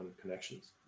connections